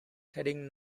heading